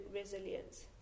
resilience